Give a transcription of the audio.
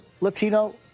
latino